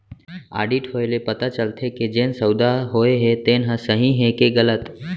audit होए ले पता चलथे के जेन सउदा होए हे तेन ह सही हे के गलत